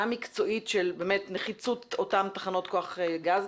מקצועית של נחיצות אותן תחנות כוח גז,